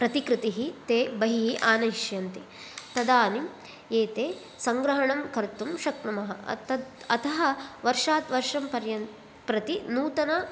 प्रतिकृति ते बहि आनयिष्यन्ति तदानीं ये ते सङ्ग्रहणं कर्तुं शक्नुमः तत् अतः वर्षात् वर्षं पर्यं प्रति नूतन